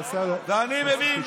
ואני מבין,